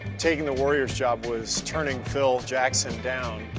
taking the warriors job was turning phil jackson down.